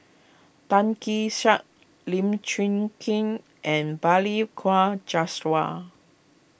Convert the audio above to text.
Tan Kee Sek Lim Chwee Chian and Balli Kaur Jaswal